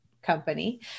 company